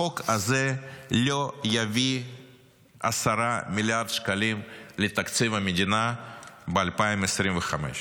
החוק הזה לא יביא 10 מיליארד שקלים לתקציב המדינה ב-2025,